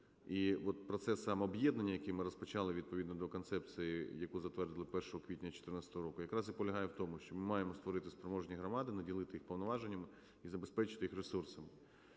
І от процес сам об'єднання, який ми розпочали відповідно до Концепції, яку затвердили 1 квітня 2014 року, якраз і полягає в тому, що ми маємо створити спроможні громади, наділити їх повноваженнями і забезпечити їх ресурсами.